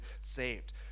saved